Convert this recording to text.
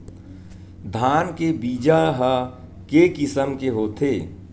धान के बीजा ह के किसम के होथे?